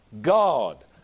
God